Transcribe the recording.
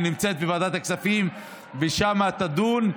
היא נמצאת בוועדת הכספים ושם תידון.